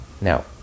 Now